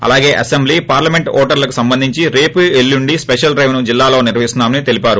అలాగే assembly parliament ఓటర్లకు సంబంధించి రేపు ఎల్లుండి స్పెషల్ డైవ్ ను జిల్లాలో నిర్వహిస్తున్నామని తెలిపారు